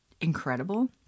incredible